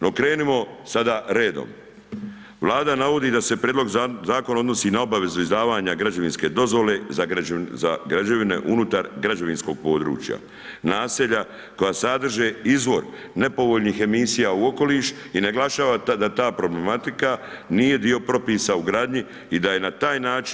No, krenimo sada redom, Vlada navodi da se prijedlog zakona odnosi na obavezu izdavanja građevinske dozvole za građevine unutar građevinskog područja, naselja koja sadrže izvor nepovoljnih emisija u okoliš i naglašava da ta problematika nije dio propisa u gradnji i da je na taj način